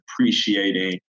appreciating